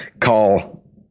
call